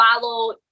follow